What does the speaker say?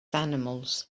animals